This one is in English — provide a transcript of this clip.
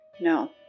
No